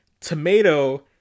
Tomato